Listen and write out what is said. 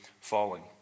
falling